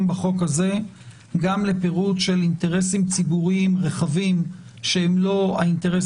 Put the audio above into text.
בחוק הזה גם לפירוט של אינטרסים ציבוריים רחבים שהם לא האינטרס